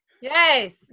Yes